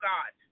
God